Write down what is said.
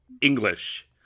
English